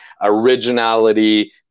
originality